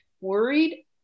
worried